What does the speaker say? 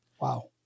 Wow